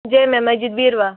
Jamia Masjid Beerwah